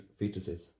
fetuses